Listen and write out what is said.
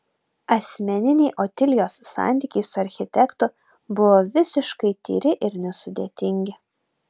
asmeniniai otilijos santykiai su architektu buvo visiškai tyri ir nesudėtingi